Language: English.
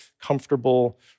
comfortable